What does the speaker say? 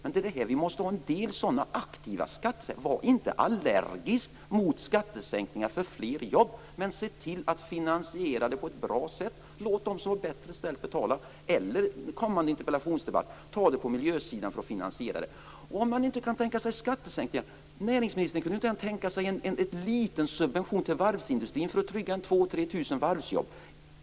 Men det måste ske en del aktiva skattesänkningar. Var inte allergiska mot skattesänkningar för att åstadkomma fler jobb. Men se till att finansiera dem på ett bra sätt. Låt de som har det bättre ställt betala, eller ta det på miljösidan för att finansiera dem. Om regeringen inte kan tänka sig skattesänkningar, skulle näringsministern då kunna tänka sig en liten subvention till varvsindustrin för att trygga 2 000-3 000 varvsjobb?